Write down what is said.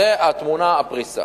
זאת הפריסה.